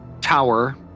tower